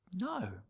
No